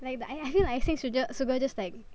like the I I feel like icing suga~ sugar just like